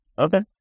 Okay